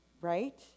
right